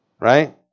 right